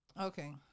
Okay